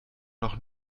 noch